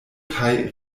kaj